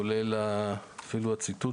כולל הציטוט